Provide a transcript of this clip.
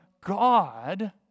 God